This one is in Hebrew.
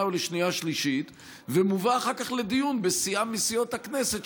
ולשנייה ושלישית ומובא אחר כך לדיון בסיעה מסיעות הכנסת,